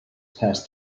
passed